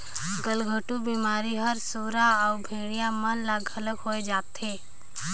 गलघोंटू बेमारी हर सुरा अउ भेड़िया मन ल घलो होय जाथे